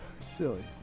Silly